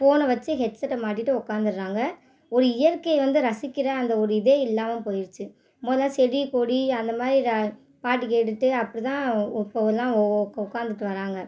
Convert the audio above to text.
ஃபோனை வச்சு ஹெட்செட்டை மாட்டிகிட்டு உட்காந்துர்றாங்க ஒரு இயற்கை வந்து ரசிக்கிற அந்த ஒரு இதே இல்லாமல் போயிடுச்சு முத செடி கொடி அந்தமாதிரி ரா பாட்டு கேட்டுட்டு அப்படிதான் ஓ எல்லாம் உக்காந்துட்டு வராங்க